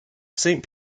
saint